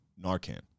Narcan